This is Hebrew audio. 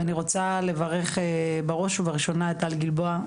ואני רוצה לברך בראש ובראשונה את טל גלבוע.